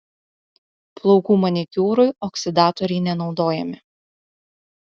plaukų manikiūrui oksidatoriai nenaudojami